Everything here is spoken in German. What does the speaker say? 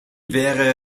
wäre